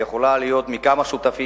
שיכולה להיות עם כמה שותפים,